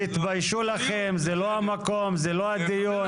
תתביישו לכם, זה לא המקום, זה לא הדיון.